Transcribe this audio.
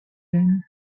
then